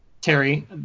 Terry